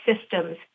systems